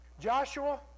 Joshua